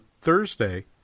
Thursday